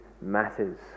matters